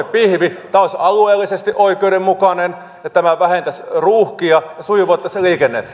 tämä olisi alueellisesti oikeudenmukaista ja tämä vähentäisi ruuhkia ja sujuvoittaisi liikennettä